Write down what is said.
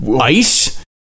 Ice